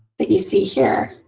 that you see here